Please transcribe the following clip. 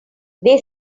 they